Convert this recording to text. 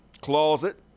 closet